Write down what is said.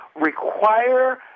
require